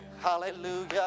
Hallelujah